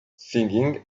singing